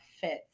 fits